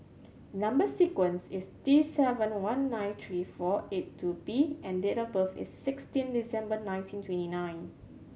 number sequence is T seven one nine three four eight two P and date of birth is sixteen December nineteen twenty nine